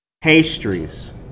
pastries